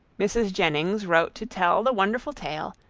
mrs. jennings wrote to tell the wonderful tale,